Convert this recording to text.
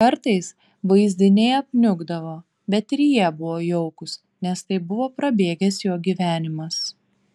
kartais vaizdiniai apniukdavo bet ir jie buvo jaukūs nes tai buvo prabėgęs jo gyvenimas